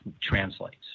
translates